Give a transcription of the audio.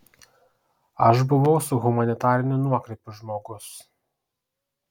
aš buvau su humanitariniu nuokrypiu žmogus